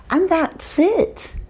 and that's it!